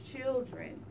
children